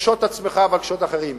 קשוט עצמך, אבל קשוט אחרים.